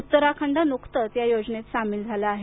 उत्तराखंड नुकतंच या योजनेत सामील झालं आहे